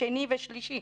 שני ושלישי,